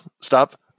Stop